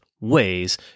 ways